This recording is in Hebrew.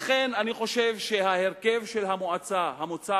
לכן אני חושב שההרכב של המועצה המוצע